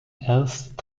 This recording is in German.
erst